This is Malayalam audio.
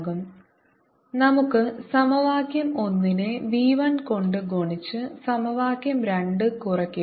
v2EI ERv1ET നമുക്ക് സമവാക്യം ഒന്നിനെ v 1 കൊണ്ട് ഗുണിച്ച് സമവാക്യം രണ്ട് കുറയ്ക്കുക